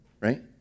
right